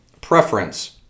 preference